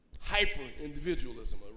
Hyper-individualism